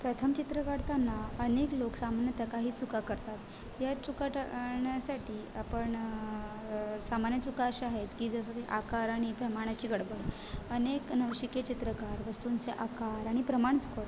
प्रथम चित्र काढताना अनेक लोक सामान्यत काही चुका करतात या चुका टाळण्यासाठी आपण सामान्य चुका अशा आहेत की जसं की आकार आणि प्रमाणाची गडबड अनेक नवशिके चित्रकार वस्तूंचे आकार आणि प्रमाण चुकवतात